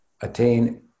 attain